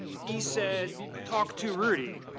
he said talk to rudy